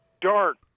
dark